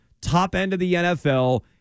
top-end-of-the-NFL